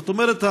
זאת אומרת,